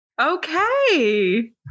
Okay